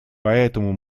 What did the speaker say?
поэтому